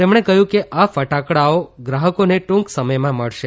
તેમણે કહ્યું કે આ ફટાકડાઓ ગ્રાહકોને ટ્રંક સમથમાં મળશે